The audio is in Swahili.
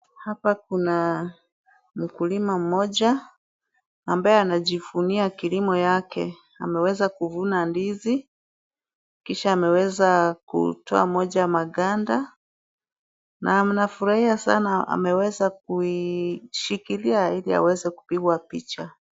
Hapa kuna mkulima mmoja ambaye anajivunia kilimo yake. Ameweza kuvuna ndizi kisha ameweza kutoa moja maganda na anafurahia sana ameweza kuishikilia ili aweze kupigwa picha.